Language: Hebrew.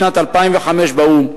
בשנת 2005 באו"ם,